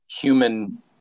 human